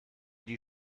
die